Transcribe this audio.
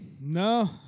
no